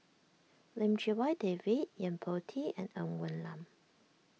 Lim Chee Wai David Yo Po Tee and Ng Woon Lam